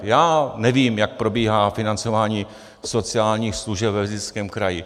Já nevím, jak probíhá financování sociálních služeb ve Zlínském kraji.